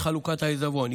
בעת חלוקת העיזבון.